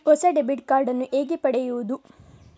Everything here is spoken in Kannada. ಹೊಸ ಡೆಬಿಟ್ ಕಾರ್ಡ್ ನ್ನು ಹೇಗೆ ಪಡೆಯುದು?